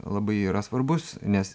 labai yra svarbus nes